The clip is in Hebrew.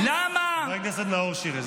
חבר הכנסת נאור שירי.